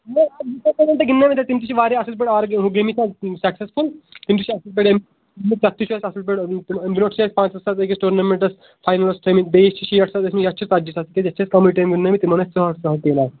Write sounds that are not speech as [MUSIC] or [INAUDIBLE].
[UNINTELLIGIBLE] تِم تہِ چھِ واریاہ اَصٕل پأٹھۍ [UNINTELLIGIBLE] گٔمٕتۍ حظ سٮ۪کسَسفُل تِم تہِ چھِ اَصٕل پٲٹھۍ [UNINTELLIGIBLE] تَتھ تہِ چھُ اَسہِ اَصٕل پٲٹھۍ [UNINTELLIGIBLE] اَمہِ برٛونٛٹھ چھِ اَسہِ پانٛژاہ ساس أکِس ٹورنَمٮ۪نٛٹَس فاینلَس تھٔیمٕتۍ بیٚیِس چھِ شیٹھ ساس ٲسۍمٕتۍ یَتھ چھِ ژَتجی ساس کیٛازِ یَتھ چھِ اَسہِ کَمٕے ٹایم [UNINTELLIGIBLE]